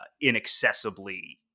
inaccessibly